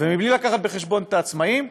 ומבלי להביא בחשבון את העצמאים,